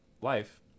life